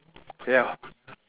ya